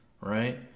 right